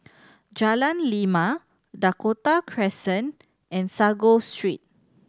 Jalan Lima Dakota Crescent and Sago Street